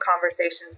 conversations